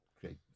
great